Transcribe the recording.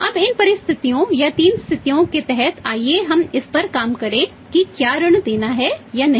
अब इन परिस्थितियों या 3 स्थितियों के तहत आइए हम इस पर काम करें कि क्या ऋण देना है या नहीं